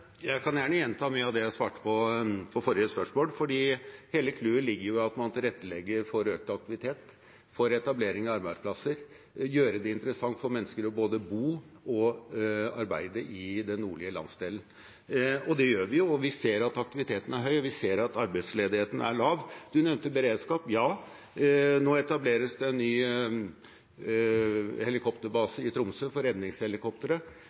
Jeg kan gjerne gjenta mye av det jeg svarte på forrige spørsmål, for hele clouet ligger i at man tilrettelegger for økt aktivitet, for etablering av arbeidsplasser, for å gjøre det interessant for mennesker å både bo og arbeide i den nordlige landsdelen. Og det gjør vi jo. Vi ser at aktiviteten er høy, og vi ser at arbeidsledigheten er lav. Representanten nevnte beredskap. Ja, nå etableres det en ny helikopterbase for